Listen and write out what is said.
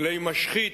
כלי משחית,